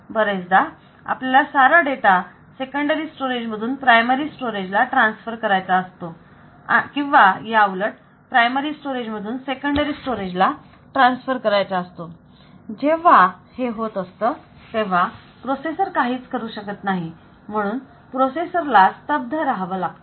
बरेचदा आपल्याला सर्व डेटा सेकंडरी स्टोरेज मधून प्रायमरी स्टोरेज ला ट्रान्सफर करायचा असतो किंवा याउलट प्रायमरी स्टोरेज मधून सेकंडरी स्टोरेज ला ट्रान्सफर करायचा असतो जेव्हा हे होत असतं तेव्हा प्रोसेसर काहीच करू शकत नाही म्हणून प्रोसेसर ला स्तब्ध राहावं लागतं